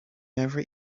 never